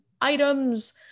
items